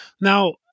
now